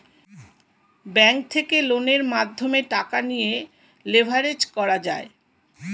bank থেকে লোনের মাধ্যমে টাকা নিয়ে লেভারেজ করা যায়